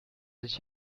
dich